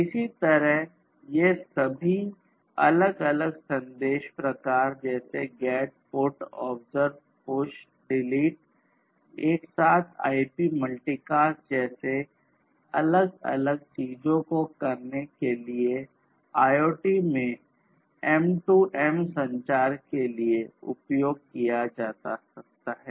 इसी तरह ये सभी अलग अलग संदेश प्रकार जैसे GET PUT OBSERVE PUSH और DELETE एक साथ IP मल्टीकास्ट जैसे अलग अलग चीजों को करने के लिए IoT में M2M संचार के लिए उपयोग किया जाता है